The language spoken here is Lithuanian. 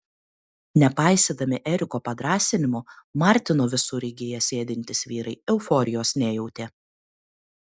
nepaisydami eriko padrąsinimų martino visureigyje sėdintys vyrai euforijos nejautė